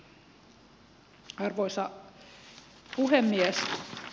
arvoisa puhemies